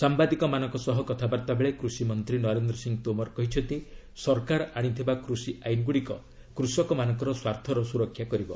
ସାମ୍ବାଦିକମାନଙ୍କ ସହ କଥାବାର୍ତ୍ତାବେଳେ କୁଷିମନ୍ତ୍ରୀ ନରେନ୍ଦ୍ର ସିଂ ତୋମର କହିଛନ୍ତି ସରକାର ଆଣିଥିବା କୁଷି ଆଇନଗୁଡ଼ିକ କୃଷକମାନଙ୍କର ସ୍ୱାର୍ଥର ସୁରକ୍ଷା କରିବ